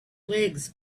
legs